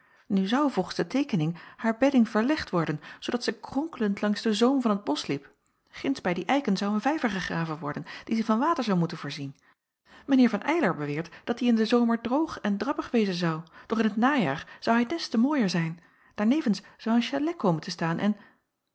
nu zou volgens de teekening haar bedding verlegd worden zoodat zij kronkelend langs den zoom van het bosch liep ginds bij die eiken zou een vijver gegraven worden dien zij van water zou moeten voorzien mijn heer van eylar beweert dat die in den zomer droog en drabbig wezen zou doch in het najaar zou hij des te mooier zijn daarnevens zou een chalet komen te staan en